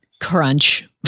crunch